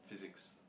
physics